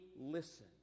listen